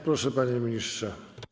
Proszę, panie ministrze.